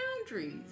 boundaries